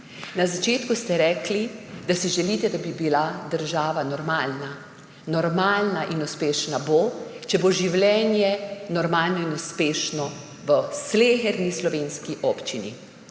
Na začetku ste rekli, da si želite, da bi bila država normalna. Normalna in uspešna bo, če bo življenje normalno in uspešno v sleherni slovenski občini.